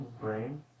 brain